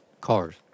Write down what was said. cars